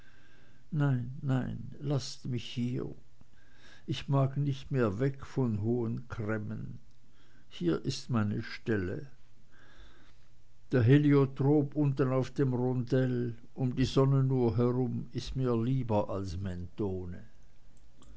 nein nein laßt mich hier ich mag nicht mehr weg von hohen cremmen hier ist meine stelle der heliotrop unten auf dem rondell um die sonnenuhr herum ist mir lieber als mentone